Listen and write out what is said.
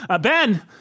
Ben